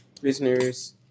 prisoners